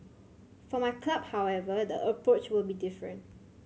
for my club however the approach will be different